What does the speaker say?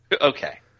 Okay